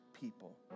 people